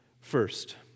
First